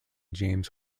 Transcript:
james